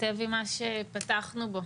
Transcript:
מתכתב עם מה שפתחנו בו,